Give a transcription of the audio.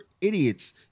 idiots